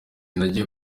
nagiye